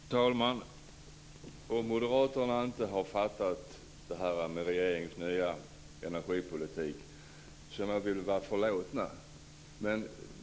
Fru talman! Om Moderaterna inte har fattat det här med regeringens nya energipolitik så må vi väl vara förlåtna.